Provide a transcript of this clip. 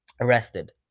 arrested